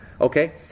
Okay